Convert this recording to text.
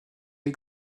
est